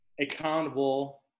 accountable